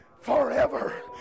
forever